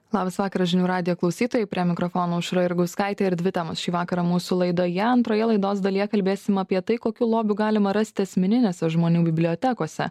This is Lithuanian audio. labas vakaras žinių radijo klausytojai prie mikrofono aušra jurgauskaitė ir dvi temos šį vakarą mūsų laidoje antroje laidos dalyje kalbėsim apie tai kokių lobių galima rasti asmeninėse žmonių bibliotekose